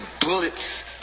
bullets